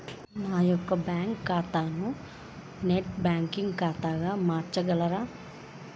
నా యొక్క బ్యాంకు ఖాతాని నెట్ బ్యాంకింగ్ ఖాతాగా మార్చగలరా?